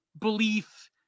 belief